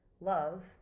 love